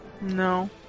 No